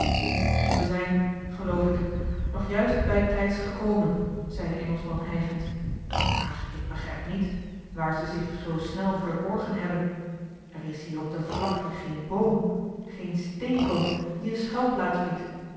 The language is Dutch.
wij zijn geloof ik nog juist bij tijds gekomen zei de engelschman hijgend maar ik begrijp niet waar ze zich zoo snel verborgen hebben er is hier op de vlakte geen boom geen steenklomp die eene schuilplaats biedt